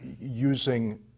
using